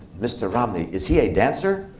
mr. romney, is he a dancer?